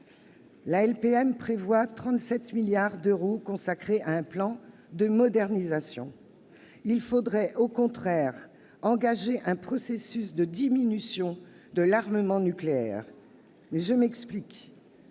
La LPM prévoit 37 milliards d'euros consacrés à un plan de modernisation. Il faudrait, au contraire, engager un processus de diminution de l'armement nucléaire. Que la